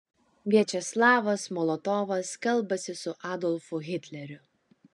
viačeslavas molotovas kalbasi su adolfu hitleriu